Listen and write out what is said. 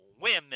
women